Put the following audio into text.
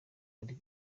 ari